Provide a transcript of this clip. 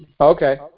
Okay